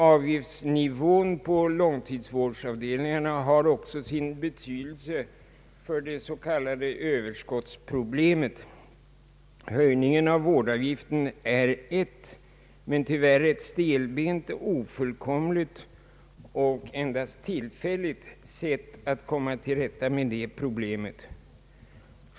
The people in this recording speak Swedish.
Avgiftsnivån på långtidsvårdsavdelningarna har också sin betydelse för det s.k. överskottsproblemet. Höjningen av vårdavgiften är ett, men tyvärr ett stelbent, ofullkomligt och endast tillfälligt sätt att komma till rätta med det problemet.